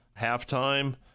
halftime